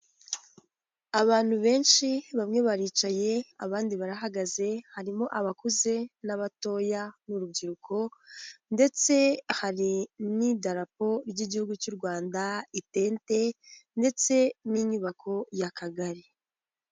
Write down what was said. Abantu benshi bamwe baricaye abandi barahagaze harimo abakuze n'abatoya mu'urubyiruko ndetse hari n'idarapo ry'igihugu cy'u Rwanda, itente ndetse n'inyubako y'akagari.